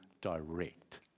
direct